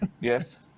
yes